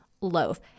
loaf